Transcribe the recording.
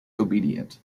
obedient